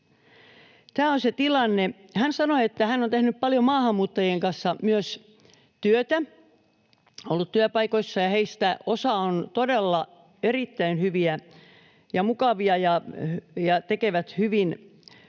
Hän sanoi, että hän on tehnyt paljon maahanmuuttajien kanssa myös työtä, ollut työpaikoissa, ja heistä osa on todella erittäin hyviä ja mukavia ja tekee hyvin työtä ja